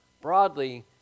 Broadly